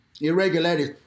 irregularities